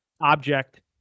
object